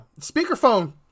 speakerphone